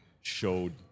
showed